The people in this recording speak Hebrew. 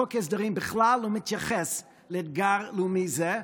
חוק ההסדרים בכלל לא מתייחס לאתגר לאומי זה,